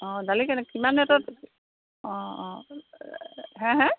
অঁ দালি কেনেকে কিমান ৰেটত অঁ অঁ হে হে